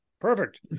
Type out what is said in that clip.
Perfect